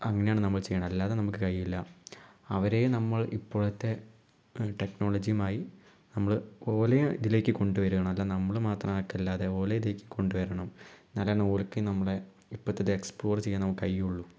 അങ്ങനെയാണ് നമ്മൾ ചെയ്യേണ്ടത് അല്ലാതെ നമുക്ക് കഴിയില്ല അവരെ നമ്മൾ ഇപ്പോഴത്തെ ടെക്നോളജീമായി നമ്മള് അവരെയും ഇതിലേക്ക് കൊണ്ടുവരികയാണ് അല്ല നമ്മള് മാത്രം ആക്കുകയല്ലാതെ അവരെ ഇതിക്ക് കൊണ്ടുവരണം എന്നാലാണ് അവർക്ക് നമ്മളെ ഇപ്പത്തെ ഇത് എക്സ്പ്ലോറ് ചെയ്യാൻ നമുക്ക് കഴിയുകയുള്ളു